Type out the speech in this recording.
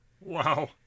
Wow